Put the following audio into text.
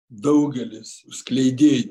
daugelis skleidėjų